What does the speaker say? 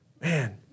Man